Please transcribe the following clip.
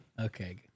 Okay